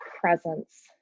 presence